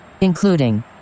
Including